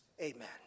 Amen